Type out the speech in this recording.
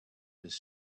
his